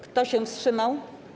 Kto się wstrzymał?